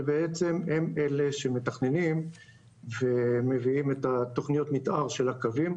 שבעצם הם אלה שמתכננים ומביאים את תוכניות המתאר של הקווים.